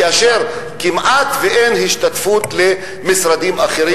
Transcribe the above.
כאשר כמעט אין השתתפות של משרדים אחרים,